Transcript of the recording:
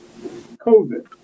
COVID